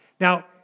Now